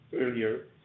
earlier